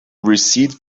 recede